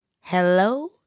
Hello